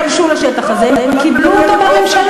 הם לא פלשו לשטח הזה, הם קיבלו אותו מהממשלה.